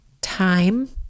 time